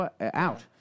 out